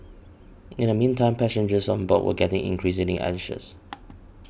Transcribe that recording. in the meantime passengers on board were getting increasingly anxious